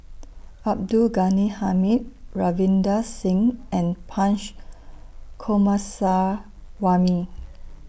Abdul Ghani Hamid Ravinder Singh and Punch